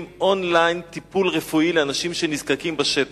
און-ליין טיפול רפואי לאנשים שנזקקים לו בשטח.